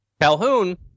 Calhoun